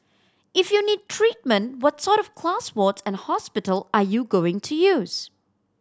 if you need treatment what sort of class ward and hospital are you going to use